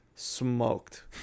Smoked